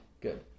Good